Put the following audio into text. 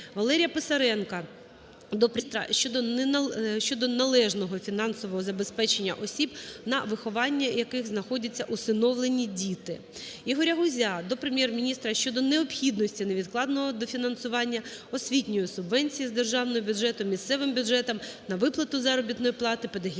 Прем'єр-міністра щодо належного фінансового забезпечення осіб, на вихованні яких знаходяться усиновленні діти. ІгоряГузя до Прем'єр-міністра щодо необхідності невідкладного дофінансування освітньої субвенції з державного бюджету місцевим бюджетам на виплату заробітної плати педагогічним